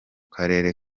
karere